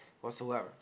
whatsoever